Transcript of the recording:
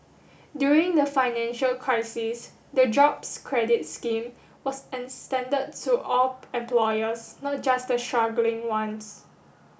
during the financial crisis the Jobs Credit scheme was extended to all employers not just the struggling ones